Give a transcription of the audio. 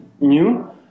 new